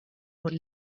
would